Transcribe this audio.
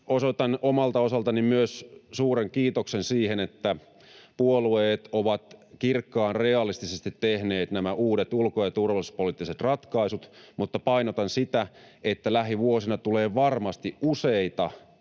Osoitan omalta osaltani myös suuren kiitoksen siihen, että puolueet ovat kirkkaan realistisesti tehneet nämä uudet ulko- ja turvallisuuspoliittiset ratkaisut, mutta painotan sitä, että lähivuosina tulee varmasti useita